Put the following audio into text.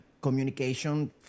communication